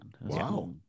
wow